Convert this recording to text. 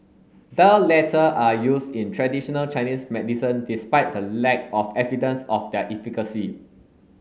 the latter are used in traditional Chinese medicine despite the lack of evidence of their efficacy